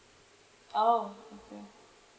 orh okay